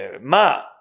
Ma